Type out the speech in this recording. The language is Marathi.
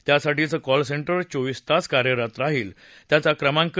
त्यासाठीचं कॉल सेंटर चोवीस तास कार्यरत राहील त्याचा क्रमांक आहे